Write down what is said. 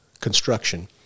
construction